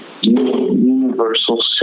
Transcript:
universal